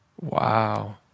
Wow